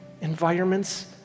environments